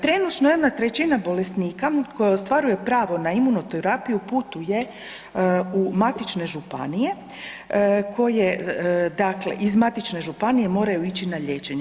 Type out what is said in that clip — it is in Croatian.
Trenutno jedna trećina bolesnika koja ostvaruje pravo na imunoterapiju putuje u matične županije, koje dakle iz matične županije moraju ići na liječenje.